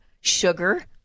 sugar